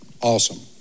Awesome